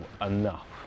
enough